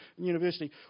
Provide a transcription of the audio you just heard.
University